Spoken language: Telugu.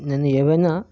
నేను ఏవైన